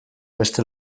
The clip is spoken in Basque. beste